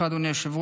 אדוני היושב-ראש,